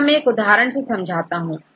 यहां मैं आपको एक उदाहरण समझाता हूं